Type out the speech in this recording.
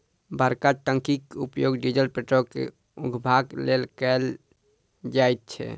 बड़का टंकीक उपयोग डीजल पेट्रोल के उघबाक लेल कयल जाइत छै